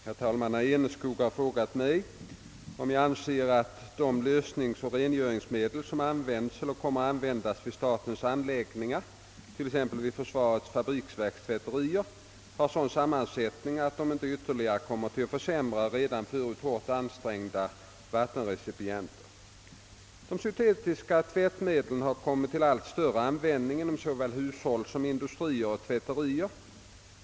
Herr talman! Herr Enskog har frågat mig om jag anser att de lösningsoch rengöringsmedel, som används eller kommer att användas vid statens anläggningar, t.ex. vid försvarets fabriksverks tvätterier, har sådan sammansättning att de inte ytterligare kommer att försämra redan förut hårt ansträngda vattenrecipienter. De syntetiska tvättmedlen har kommit till allt större användning inom såväl hushållen som industrier och tvätterier.